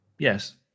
Yes